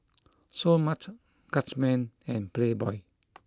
Seoul Mart Guardsman and Playboy